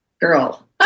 Girl